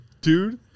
Dude